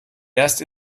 erst